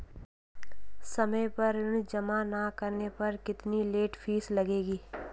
समय पर ऋण जमा न करने पर कितनी लेट फीस लगेगी?